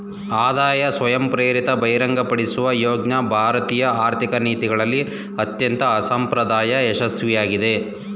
ಆದಾಯ ಸ್ವಯಂಪ್ರೇರಿತ ಬಹಿರಂಗಪಡಿಸುವ ಯೋಜ್ನ ಭಾರತೀಯ ಆರ್ಥಿಕ ನೀತಿಗಳಲ್ಲಿ ಅತ್ಯಂತ ಅಸಂಪ್ರದಾಯ ಯಶಸ್ವಿಯಾಗಿದೆ